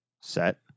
set